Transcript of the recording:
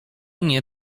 nie